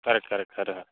correct correct Khare